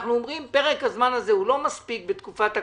אנחנו אומרים שפרק הזמן הזה הוא לא מספיק בתקופת הקורונה,